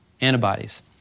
antibodies